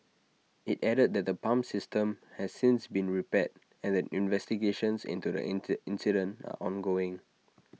IT added that the pump system has since been repaired and that investigations into the int incident are ongoing